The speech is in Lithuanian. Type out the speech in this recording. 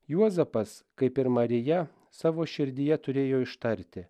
juozapas kaip ir marija savo širdyje turėjo ištarti